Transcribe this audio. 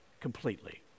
completely